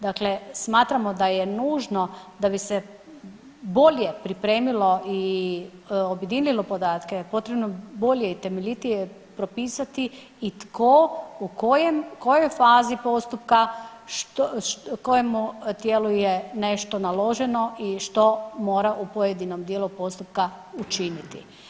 Dakle, smatramo da je nužno da bi se bolje pripremilo i objedinilo podatke, potrebno bolje i temeljitije propisati i tko u kojoj fazi postupka kojem tijelu je nešto naloženo i što mora u pojedinom dijelu postupka učiniti.